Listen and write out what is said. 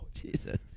Jesus